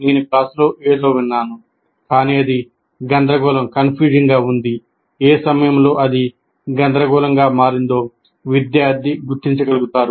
నేను క్లాసులో ఏదో విన్నాను కాని అది గందరగోళంగా ఉంది ఏ సమయంలో అది గందరగోళంగా మారిందో విద్యార్థి గుర్తించగలుగుతారు